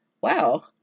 wow